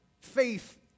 faith